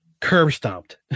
curb-stomped